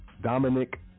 Dominic